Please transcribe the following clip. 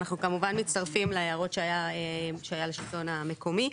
אנחנו כמובן מצטרפים להערות שהיה לשלטון המקומי.